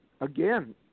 again